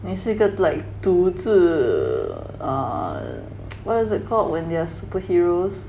你是个 like 独自 err what is it called when they're superheroes